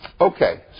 Okay